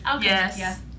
Yes